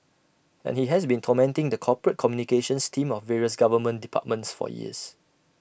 and he has been tormenting the corporate communications team of various government departments for years